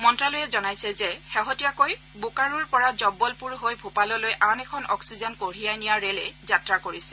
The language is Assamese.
মন্ত্যালয়ে জনাইছে যে শেহতীয়াকৈ বোকাৰুৰ পৰা জব্বলপুৰ হৈ ভূপাললৈ আন এখন অক্সিজেন কঢ়িয়াই নিয়া ৰেলে যাত্ৰা কৰিছে